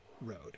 road